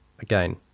again